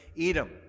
Edom